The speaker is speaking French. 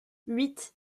huit